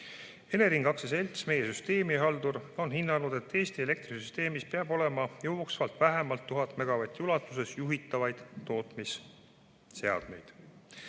Elering, meie süsteemihaldur, on hinnanud, et Eesti elektrisüsteemis peab olema jooksvalt vähemalt 1000 megavati ulatuses juhitavaid tootmisseadmeid.